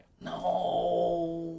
No